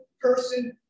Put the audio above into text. person